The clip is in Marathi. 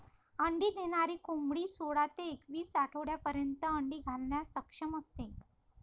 अंडी देणारी कोंबडी सोळा ते एकवीस आठवड्यांपर्यंत अंडी घालण्यास सक्षम असते